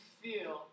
feel